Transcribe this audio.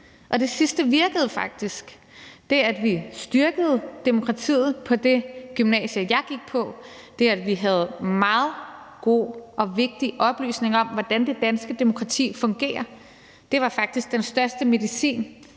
det sidste virkede faktisk. Det, at vi styrkede demokratiet på det gymnasie, jeg gik på, og det, at vi havde meget god og vigtig oplysning om, hvordan det danske demokrati fungerer, var faktisk den største medicin